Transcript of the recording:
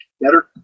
Better